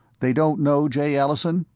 they don't know jay allison?